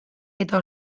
eta